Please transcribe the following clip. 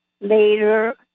later